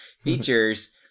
features